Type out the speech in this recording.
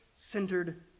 Centered